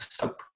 soap